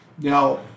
Now